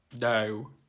no